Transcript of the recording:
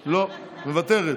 מוותרת.